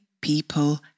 people